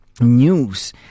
news